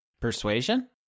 Persuasion